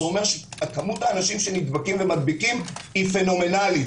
זה אומר שכמות האנשים שנדבקים ומדביקים היא פנומנלית.